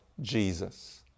Jesus